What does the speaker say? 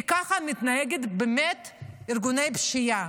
כי ככה מתנהגים באמת ארגוני פשיעה,